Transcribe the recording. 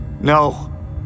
no